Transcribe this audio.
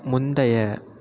முந்தைய